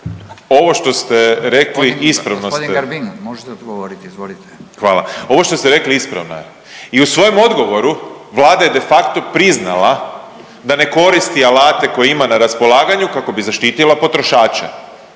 Peđa (SDP)** Hvala. Ovo šte ste rekli ispravno je i u svojem odgovoru Vlada je de facto priznala da ne koristi alate koje ima na raspolaganju kako bi zaštitila potrošače.